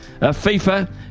FIFA